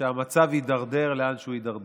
שהמצב יידרדר לאן שהוא הידרדר.